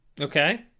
Okay